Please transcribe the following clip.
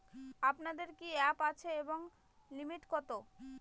আপনাদের কি কি অ্যাপ আছে এবং লিমিট কত?